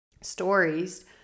stories